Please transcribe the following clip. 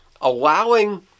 allowing